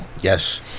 Yes